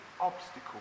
obstacle